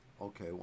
Okay